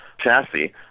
chassis